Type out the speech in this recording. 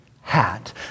hat